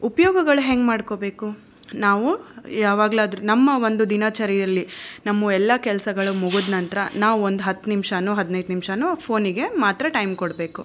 ಉಪ್ಯೋಗಗಳು ಹೇಗ್ ಮಾಡ್ಕೋಬೇಕು ನಾವು ಯಾವಾಗಲಾದ್ರೂ ನಮ್ಮ ಒಂದು ದಿನಚರಿಯಲ್ಲಿ ನಮ್ಮ ಎಲ್ಲ ಕೆಲ್ಸಗಳು ಮುಗ್ದ ನಂತರ ನಾವು ಒಂದು ಹತ್ತು ನಿಮಿಷನೋ ಹದಿನೈದು ನಿಮಿಷನೋ ಫೋನಿಗೆ ಮಾತ್ರ ಟೈಮ್ ಕೊಡಬೇಕು